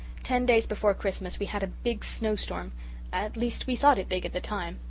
ten days before christmas we had a big snowstorm at least we thought it big at the time.